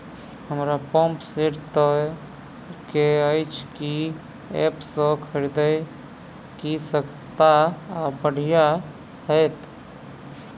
हमरा pump set लय केँ अछि केँ ऐप सँ खरिदियै की सस्ता आ बढ़िया हेतइ?